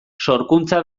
sorkuntza